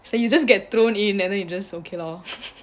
so he just get thrown in and then you just okay loh